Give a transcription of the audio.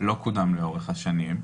לא קודם לאורך השנים.